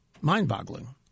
mind-boggling